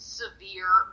severe